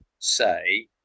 say